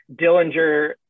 Dillinger